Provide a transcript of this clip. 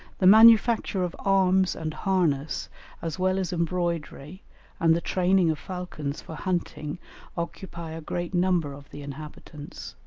the manufacture of arms and harness as well as embroidery and the training of falcons for hunting occupy a great number of the inhabitants.